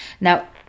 Now